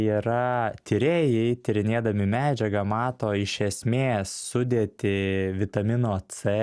yra tyrėjai tyrinėdami medžiagą mato iš esmės sudėtį vitamino c